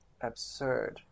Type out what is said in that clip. absurd